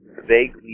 vaguely